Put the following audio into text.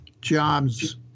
jobs